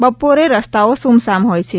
બપોરે રસ્તાઓ સુમસામ હોય છે